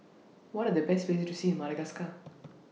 What Are The Best Places to See in Madagascar